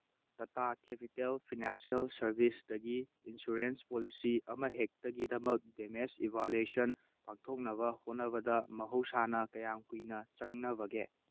ꯇꯇꯥ Capital Financial ꯁꯥꯔꯚꯤꯁꯗꯒꯤ insurance policy ꯑꯃ ꯍꯦꯛꯇꯒꯤꯗꯃꯛ ꯗꯦꯃꯦꯁ ꯏꯚꯥꯂꯨꯌꯦꯁꯟ ꯄꯥꯡꯊꯣꯛꯅꯕ ꯍꯣꯠꯅꯕꯗ ꯃꯍꯧꯁꯥꯅ ꯀꯌꯥꯝ ꯀꯨꯏꯅ ꯆꯪꯅꯕꯒꯦ